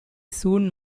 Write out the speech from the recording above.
soon